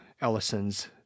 Ellisons